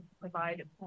provide